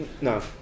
No